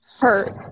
hurt